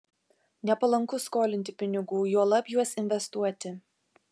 nepalanku skolinti pinigų juolab juos investuoti